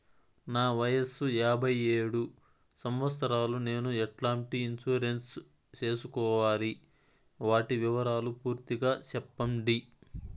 నా వయస్సు యాభై ఏడు సంవత్సరాలు నేను ఎట్లాంటి ఇన్సూరెన్సు సేసుకోవాలి? వాటి వివరాలు పూర్తి గా సెప్పండి?